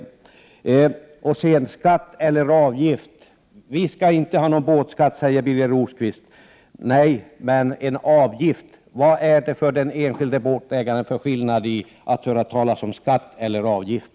Sedan gäller det skatt eller avgift. Vi skall inte ha någon båtskatt, säger Birger Rosqvist. Nej, men det blir en avgift. Jag frågar: Vad är det för skillnad för den enskilde båtägaren om det är en skatt eller en avgift?